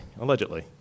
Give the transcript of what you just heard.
allegedly